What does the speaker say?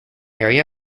area